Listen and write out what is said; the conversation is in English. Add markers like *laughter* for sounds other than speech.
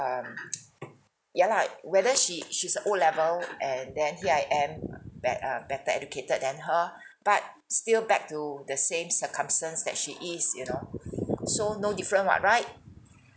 um *noise* ya lah whether she she's a O level and then here I am uh be~ uh better educated than her but still back to the same circumstance that she is you know so no different [what] right